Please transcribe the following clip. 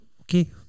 Okay